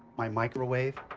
my microwave.